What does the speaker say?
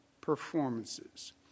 performances